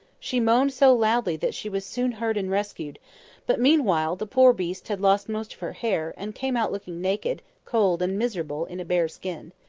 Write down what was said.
she moaned so loudly that she was soon heard and rescued but meanwhile the poor beast had lost most of her hair, and came out looking naked, cold, and miserable, in a bare skin.